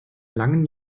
langen